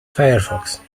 firefox